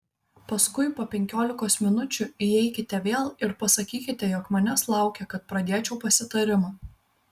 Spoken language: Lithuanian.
paskui po penkiolikos minučių įeikite vėl ir pasakykite jog manęs laukia kad pradėčiau pasitarimą